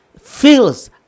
feels